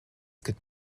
gibt